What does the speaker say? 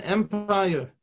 Empire